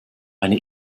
eine